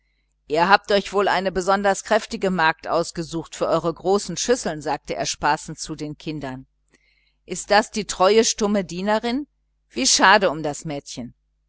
ihr habt euch wohl eine besonders kräftige magd ausgesucht für eure großen schüsseln sagte er spassend zu den kindern ist das die treue stumme dienerin wie schade um das mädchen